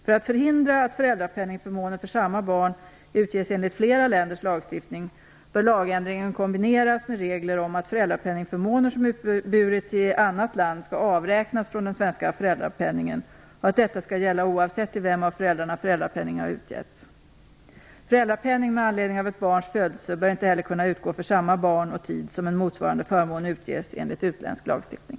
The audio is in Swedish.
För att förhindra att föräldrapenningförmåner för samma barn utges enligt flera länderns lagstiftning bör lagändringen kombineras med regler om att föräldrapenningförmåner som uppburits i annat land skall avräknas från den svenska föräldrapenningen och att detta skall gälla oavsett till vem av föräldrarna föräldrapenning utgetts. Föräldrapenning med anledning av ett barns födelse bör inte heller kunna utgå för samma barn och tid som en motsvarande förmån utges enligt utländsk lagstiftning.